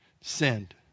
send